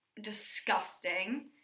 disgusting